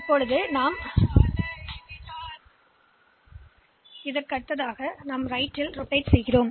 எனவே நான் திரும்பிச் சென்று பார்த்தால் அது தெரிகிறது